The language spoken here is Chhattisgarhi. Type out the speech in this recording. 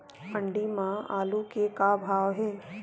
मंडी म आलू के का भाव हे?